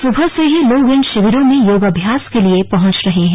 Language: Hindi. सुबह से ही लोग इन शिविरों में योगाभ्यास के लिए पहुंच रहे हैं